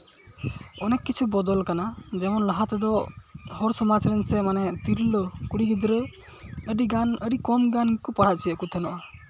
ᱚᱱᱮᱠ ᱠᱤᱪᱷᱩ ᱵᱚᱫᱚᱞ ᱠᱟᱱᱟ ᱡᱮᱢᱚᱱ ᱞᱟᱦᱟ ᱛᱮᱫᱚ ᱦᱚᱲ ᱥᱚᱢᱟᱡᱽ ᱨᱮᱱ ᱥᱮ ᱛᱤᱨᱞᱟᱹ ᱟᱹᱰᱤᱜᱟᱱ ᱟᱹᱰᱤ ᱠᱚᱢ ᱜᱟᱱ ᱠᱚ ᱯᱟᱲᱦᱟᱣ ᱦᱚᱪᱚᱭᱮᱫ ᱠᱚ ᱛᱟᱦᱮᱸ ᱠᱟᱱᱟ